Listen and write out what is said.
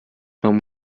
man